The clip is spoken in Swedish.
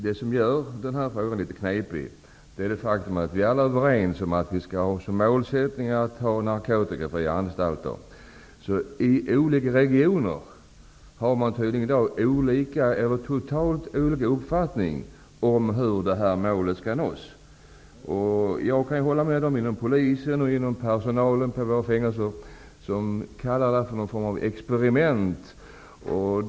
Det som gör den här frågan litet knepig är det faktum att vi alla är överens om att vi skall ha som mål att ha narkotikafria anstalter, men att man i olika regioner har totalt olika uppfattning om hur det här målet skall nås. Jag kan hålla med dem inom polisen och personalen på våra fängelser som kallar detta för någon form av experiment.